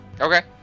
Okay